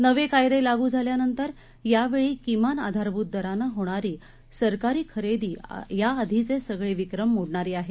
नवे कायदे लागू झाल्यानंतर यावेळी किमान आधारभूत दरानं होणारी सरकारी खरेदी याआधीचे सगळे विक्रम मोडणारी आहे